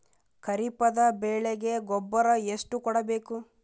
ಖರೀಪದ ಬೆಳೆಗೆ ಗೊಬ್ಬರ ಎಷ್ಟು ಕೂಡಬೇಕು?